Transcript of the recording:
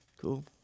Cool